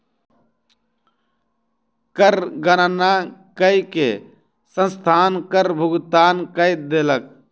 कर गणना कय के संस्थान कर भुगतान कय देलक